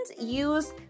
use